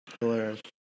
Hilarious